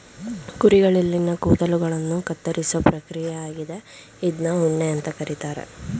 ಕುರಿಗಳಲ್ಲಿನ ಕೂದಲುಗಳನ್ನ ಕತ್ತರಿಸೋ ಪ್ರಕ್ರಿಯೆ ಆಗಿದೆ ಇದ್ನ ಉಣ್ಣೆ ಅಂತ ಕರೀತಾರೆ